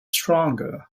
stronger